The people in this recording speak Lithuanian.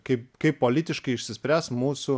kaip kaip politiškai išsispręs mūsų